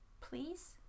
Please